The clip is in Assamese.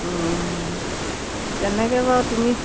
তেনেকৈ বাৰু তুমি